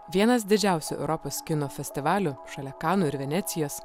vienas didžiausių europos kino festivalių šalia kanų ir venecijos